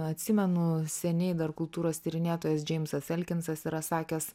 atsimenu seniai dar kultūros tyrinėtojas džeimsas elkinsas yra sakęs